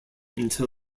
until